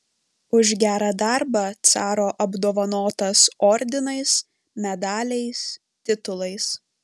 už gerą darbą caro apdovanotas ordinais medaliais titulais